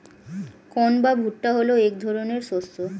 corn বা ভুট্টা হলো এক ধরনের শস্য